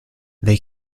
they